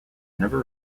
never